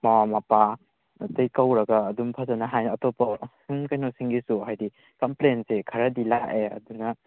ꯃꯃꯥ ꯃꯄꯥ ꯑꯇꯩ ꯀꯧꯔꯒ ꯑꯗꯨꯝ ꯐꯖꯅ ꯍꯥꯏꯅ ꯑꯇꯣꯞꯄ ꯀꯩꯅꯣꯁꯤꯡꯒꯤꯁꯨ ꯍꯥꯏꯗꯤ ꯀꯝꯄ꯭ꯂꯦꯟꯁꯦ ꯈꯔꯗꯤ ꯂꯥꯛꯑꯦ ꯑꯗꯨꯅ